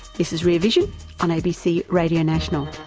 this is rear vision on abc radio national.